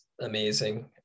amazing